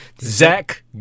Zach